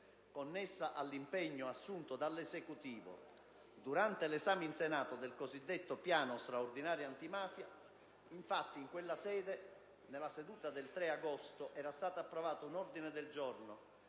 connessa all'impegno assunto dall'Esecutivo durante l'esame in Senato del cosiddetto piano straordinario antimafia. In quella occasione, nella seduta del 3 agosto scorso, era stato approvato un ordine giorno,